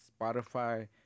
Spotify